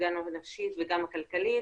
גם הנפשית וגם הכלכלית,